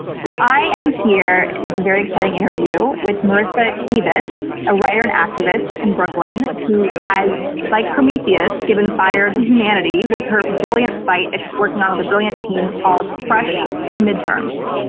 so i am here with a very exciting interview, with marisa kabas, a writer and activist in brooklyn, who has like prometheus, given fire to humanity with her brilliant site and just working on the brilliant team called crush the midterms.